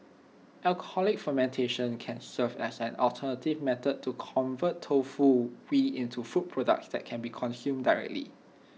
alcoholic fermentation can serve as an alternative method to convert tofu whey into food products that can be consumed directly